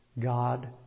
God